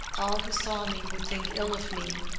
all who saw me would think ill of me,